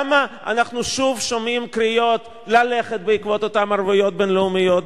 למה אנחנו שוב שומעים קריאות ללכת בעקבות אותן ערבויות בין-לאומיות?